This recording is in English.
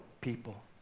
people